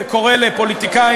זה קורה לפוליטיקאים,